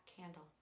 candle